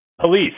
police